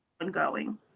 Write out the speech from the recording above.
ongoing